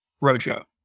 Rojo